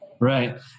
Right